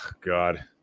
God